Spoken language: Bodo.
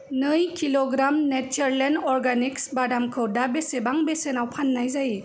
नै किल'ग्राम नेचारलेण्ड अर्गेनिक्स बादामखौ दा बेसेबां बेसेनाव फाननाय जायो